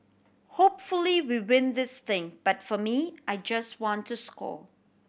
hopefully we win this thing but for me I just want to score